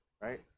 right